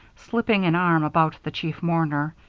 slipping an arm about the chief mourner,